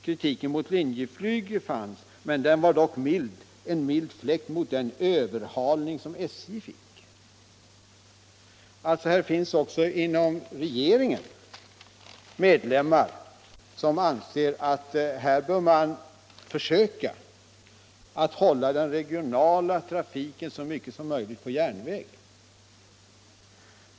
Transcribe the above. —--—- Kritiken mot Linjeflyg var dock en mild fläkt mot den överhalning SJ fick.” Det finns alltså inom regeringen medlemmar som anser att man här bör försöka hålla den regionala trafiken så mycket som möjligt på järnväg.